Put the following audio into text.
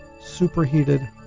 superheated